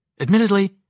Admittedly